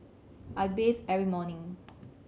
I bathe every morning